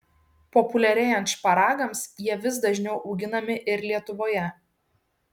populiarėjant šparagams jie vis dažniau auginami ir lietuvoje